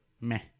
Meh